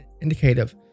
indicative